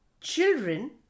Children